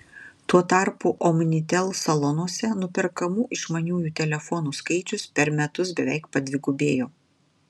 tuo tarpu omnitel salonuose nuperkamų išmaniųjų telefonų skaičius per metus beveik padvigubėjo